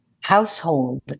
household